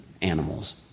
animals